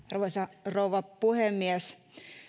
arvoisa rouva puhemies